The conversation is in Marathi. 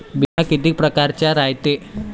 बिमा कितीक परकारचा रायते?